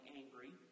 angry